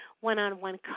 one-on-one